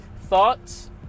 thoughts